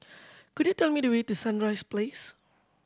could you tell me the way to Sunrise Place